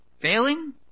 Failing